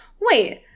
wait